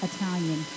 Italian